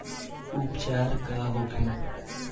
उपचार का होखे?